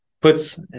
puts